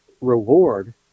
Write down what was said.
reward